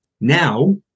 Now